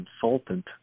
consultant